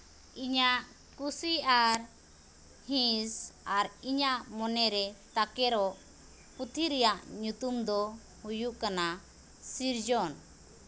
ᱤᱧᱟᱹᱜ ᱠᱩᱥᱤ ᱟᱨ ᱦᱤᱸᱥ ᱟᱨ ᱤᱧᱟᱹᱜ ᱢᱚᱱᱮᱨᱮ ᱛᱟᱠᱮᱨᱚᱜ ᱯᱩᱛᱷᱤ ᱨᱮᱭᱟᱜ ᱧᱩᱛᱩᱢ ᱫᱚ ᱦᱩᱭᱩᱜ ᱠᱟᱱᱟ ᱥᱤᱨᱡᱚᱱ